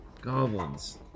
Goblins